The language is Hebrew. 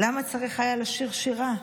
למה צריך היה לשיר שירה?